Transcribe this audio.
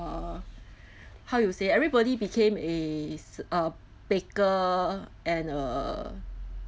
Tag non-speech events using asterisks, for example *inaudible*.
uh *breath* how you say everybody became a s~ a baker and a